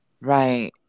right